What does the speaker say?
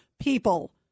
people